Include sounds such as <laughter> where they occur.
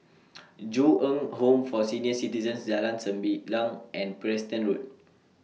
<noise> Ju Eng Home For Senior Citizens Jalan Sembilang and Preston Road